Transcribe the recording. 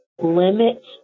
limits